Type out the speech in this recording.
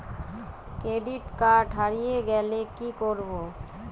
Credit card হারিয়ে গেলে কি করব?